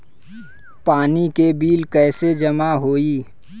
पानी के बिल कैसे जमा होयी?